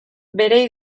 bere